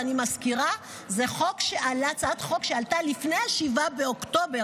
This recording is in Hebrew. ואני מזכירה: זאת הצעת חוק שעלתה לפני 7 באוקטובר,